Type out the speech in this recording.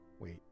Wait